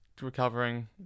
recovering